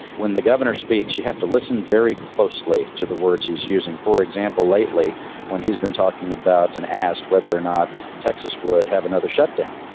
when the governor speaks, you have to listen very closely to the words he's using. for example, lately when he's been talking about and asked whether or not texas would have another shutdown.